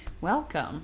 Welcome